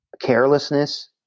carelessness